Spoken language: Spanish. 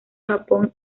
japón